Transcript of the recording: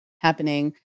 happening